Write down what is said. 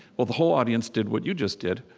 well, the whole audience did what you just did.